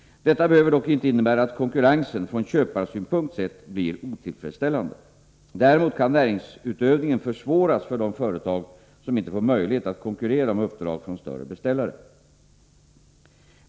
Detta behöver dock inte innebära att konkurrensen, från köparsynpunkt sett, blir otillfredsställande. Däremot kan näringsutövningen försvåras för de företag som inte får möjlighet att konkurrera om uppdrag från större beställare.